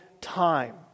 time